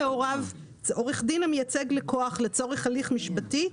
עורך דין המייצג לקוח לצורך הליך משפטי,